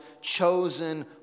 chosen